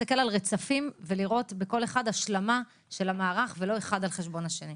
להסתכל על רצפים ולראות בכל אחד השלמה של המערך ולא האחד על חשבון השני.